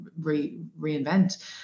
reinvent